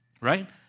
Right